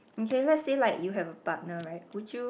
in cases still like you have a partner right would you